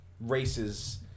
races